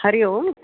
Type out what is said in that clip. हरिः ओम्